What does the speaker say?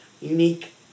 unique